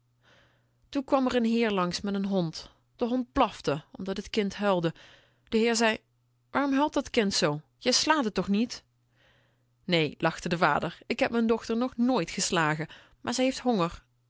toen kwam r n heer langs met n hond de hond blafte omdat t kind huilde de heer zei waarom huilt dat kind zoo jij slaat t toch niet nee lachte de vader ik heb m'n dochter nog nooit geslagen maar ze heeft honger